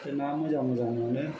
आमफ्राय ना मोजां मोजां मोनो